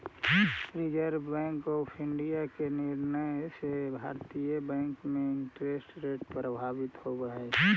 reserve Bank of India के निर्णय से भारतीय बैंक में इंटरेस्ट रेट प्रभावित होवऽ हई